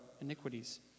iniquities